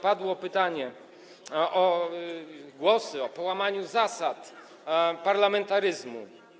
Padło pytanie o głosy, o łamanie zasad parlamentaryzmu.